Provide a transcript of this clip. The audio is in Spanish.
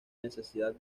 necesidad